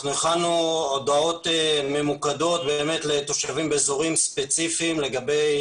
הכנו הודעות ממוקדות לתושבים באזורים ספציפיים לגבי